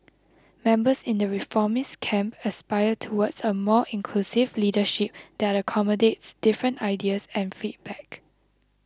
members in the reformist camp aspire towards a more inclusive leadership that accommodates different ideas and feedback